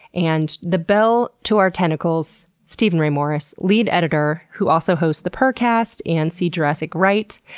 and the bell to our tentacles, steven ray morris, lead editor who also hosts the purrrcast and see jurassic right.